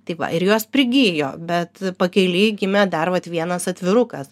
tai va ir jos prigijo bet pakelėj gimė dar vat vienas atvirukas